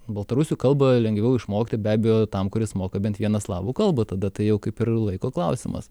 baltarusių kalbą lengviau išmokti be abejo tam kuris moka bent vieną slavų kalbą tada tai jau kaip ir laiko klausimas